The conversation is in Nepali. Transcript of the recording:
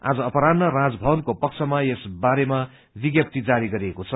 आज अपह्रान्ह राजभवनको प्रामा यस बारेमा विज्ञप्ति जारी गरिएको छ